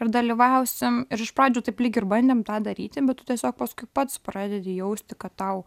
ir dalyvausim ir iš pradžių taip lyg ir bandėm tą daryti bet tu tiesiog paskui pats pradedi jausti kad tau